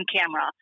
camera